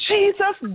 Jesus